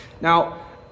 Now